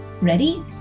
Ready